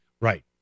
Right